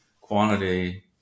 quantity